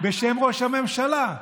בשם ראש הממשלה.